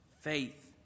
faith